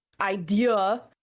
idea